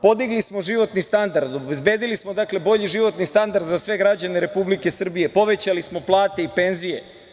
Podigli smo životni standard, obezbedili smo bolji životni standard za sve građane Republike Srbije, povećali smo plate i penzije.